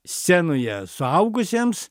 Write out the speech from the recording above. scenoje suaugusiems